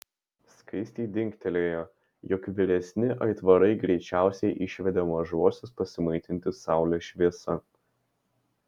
skaistei dingtelėjo jog vyresni aitvarai greičiausiai išvedė mažuosius pasimaitinti saulės šviesa